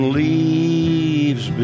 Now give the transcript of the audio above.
leaves